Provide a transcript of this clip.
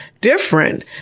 different